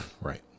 right